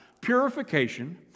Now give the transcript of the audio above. purification